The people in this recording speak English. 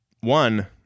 one